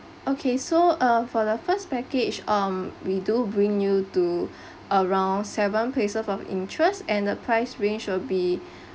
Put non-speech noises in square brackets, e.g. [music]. okay so uh for the first package um we do bring you to [breath] around seven places of interest and the price range will be